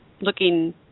looking